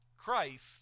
Christ